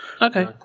Okay